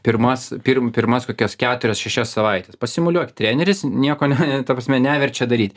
pirmas pirm pirmas kokias keturias šešias savaites pasimuliuokit treneris nieko ne ta prasme neverčia daryt